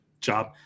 job